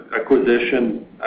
acquisition